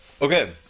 Okay